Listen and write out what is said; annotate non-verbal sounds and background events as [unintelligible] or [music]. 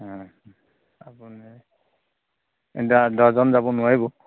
আপুনি [unintelligible] দহজন যাব নোৱাৰিব